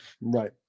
right